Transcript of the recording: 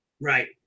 Right